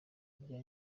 bya